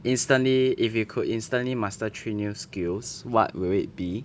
instantly if you could instantly master three new skills what will it be